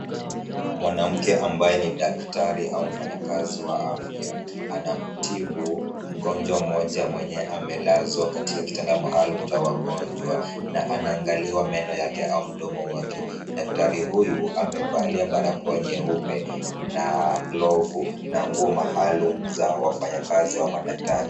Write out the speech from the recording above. Mwanamke ambaye ni daktari au mfanyakazi wa afya anamtibu mgonjwa mmoja mwenye amelazwa katika kitanda maalum cha wagonjwa na anaangaliwa meno yake au mdomo wake, daktari huyu amevalia barakoa nyeupe na glovu na nguo maalum za wafanyikazi au madaktari.